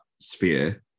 sphere